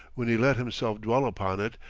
when he let himself dwell upon it,